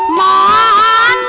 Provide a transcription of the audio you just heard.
da